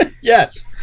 yes